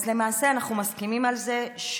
אז למעשה אנחנו מסכימים על זה,